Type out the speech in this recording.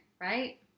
right